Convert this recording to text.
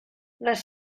les